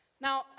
Now